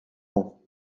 ans